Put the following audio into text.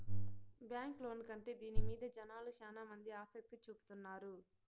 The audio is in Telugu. బ్యాంక్ లోను కంటే దీని మీద జనాలు శ్యానా మంది ఆసక్తి చూపుతున్నారు